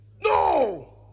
No